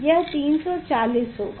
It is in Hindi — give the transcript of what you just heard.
यह 340 होगा